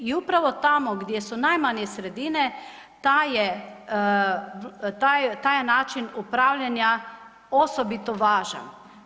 I upravo tamo gdje su najmanje sredine taj je način upravljanja osobito važan.